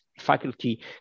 faculty